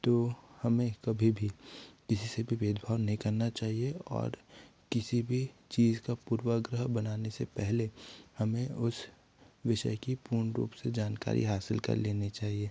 तो हमें कभी भी किसी से भी भेदभाव नहीं करना चाहिए और किसी भी चीज़ का पूर्वाग्रह बनाने से पहले हमें उस विषय की पूर्ण रूप से जानकारी हासिल कर लेनी चाहिए